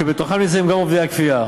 שבתוכם נמצאים גם עובדי הכפייה,